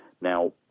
Now